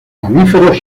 mamíferos